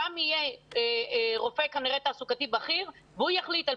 שם יהיה רופא כנראה תעסוקתי בכיר והוא יחליט על